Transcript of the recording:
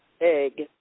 egg